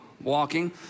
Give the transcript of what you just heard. walking